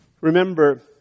Remember